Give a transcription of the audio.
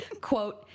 Quote